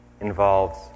involves